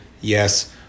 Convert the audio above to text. Yes